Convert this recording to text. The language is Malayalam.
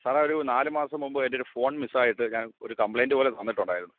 സാറെ ഒരു നാലു മാസം മുമ്പ് എൻ്റെ ഒരു ഫോൺ മിസ്സായിട്ട് ഞാൻ ഒരു കമ്പ്ലൈൻറ്റ് പോലെ തന്നിട്ടുണ്ടായിരുന്നു